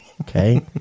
Okay